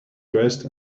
dressed